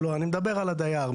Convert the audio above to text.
לא, אני מדבר על הדייר.